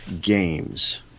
games